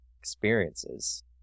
experiences